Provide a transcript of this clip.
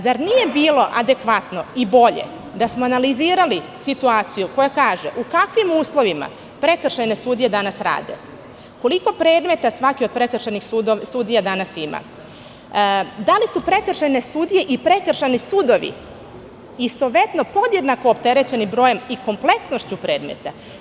Zar nije bilo adekvatno i bolje da smo analizirali situaciju koja kaže u kakvim uslovima prekršajne sudije danas rade, koliko predmeta svaki od prekršajnih sudija danas ima, da li su prekršajne sudije i prekršajni sudovi istovetno podjednako opterećeni brojem i kompleksnošću predmeta?